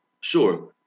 Sure